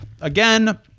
again